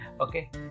Okay